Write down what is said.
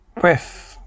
breath